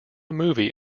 movie